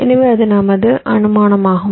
எனவே அது நமது அனுமானமாகும்